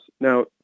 Now